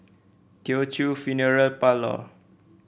Teochew Funeral Parlour